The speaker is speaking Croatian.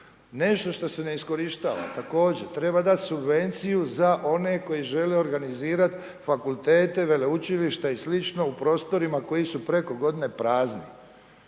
nešto što se ne iskorištava, također, treba dati subvenciju za one koji žele organizirati fakultete, veleučilišta i sl. u prostorima koji su preko godina prazni.